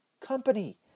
company